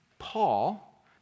Paul